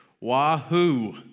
Wahoo